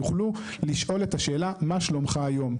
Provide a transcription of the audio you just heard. יוכלו לשאול את השאלה "מה שלומך היום?".